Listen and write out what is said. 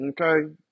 okay